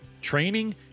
training